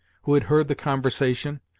who had heard the conversation,